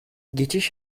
geçiş